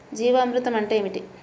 జీవామృతం అంటే ఏమిటి?